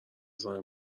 زنه